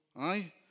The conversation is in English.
aye